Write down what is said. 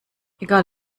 egal